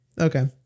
okay